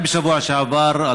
רק בשבוע שעבר,